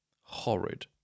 Horrid